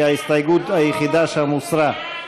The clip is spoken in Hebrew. כי ההסתייגות היחידה שם הוסרה.